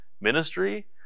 ministry